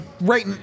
right